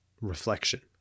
reflection